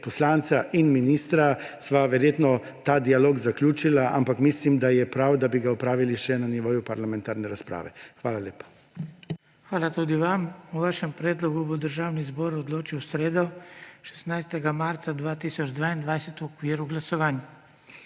poslanca in ministra sva verjetno ta dialog zaključila, ampak mislim, da je prav, da bi ga opravili še na nivoju parlamentarne razprave. Hvala lepa. PODPREDSEDNIK BRANKO SIMONOVIČ: Hvala tudi vam. O vašem predlogu bo Državni zbor odločil v sredo, 16. marca 2022, v okviru glasovanj.